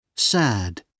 Sad